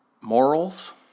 morals